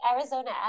Arizona